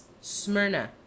Smyrna